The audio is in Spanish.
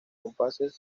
compases